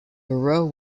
borough